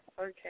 Okay